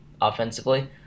offensively